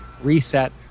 reset